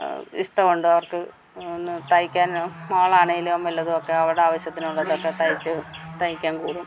ഇഷ്ടം ഉള്ളവർക്ക് ഒന്ന് തയ്ക്കാനും മോൾ ആണെങ്കിലും വല്ലതുമൊക്കെ അവളുടെ ആവശ്യത്തിന് ഉടുപ്പ് ഒക്കെ തയ്ച്ച് തയ്ക്കാൻ കൂടും